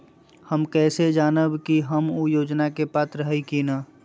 हम कैसे जानब की हम ऊ योजना के पात्र हई की न?